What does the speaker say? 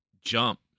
jump